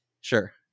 Sure